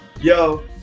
Yo